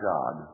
God